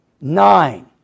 nine